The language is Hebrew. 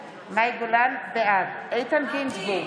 בעד איתן גינזבורג,